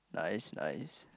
nice nice